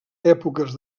èpoques